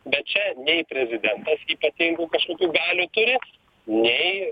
bet čia nei prezidentas ypatingų kažkokių galių turi nei